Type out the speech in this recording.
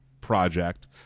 Project